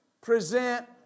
present